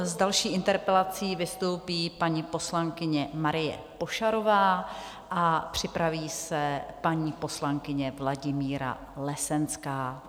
S další interpelací vystoupí paní poslankyně Marie Pošarová a připraví se paní poslankyně Vladimíra Lesenská.